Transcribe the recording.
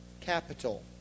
capital